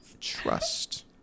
Trust